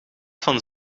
van